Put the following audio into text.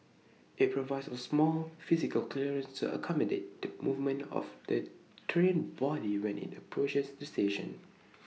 IT provides A small physical clearance to accommodate the movement of the train body when IT approaches the station